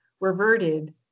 reverted